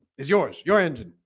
it's yours your engine.